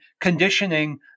conditioning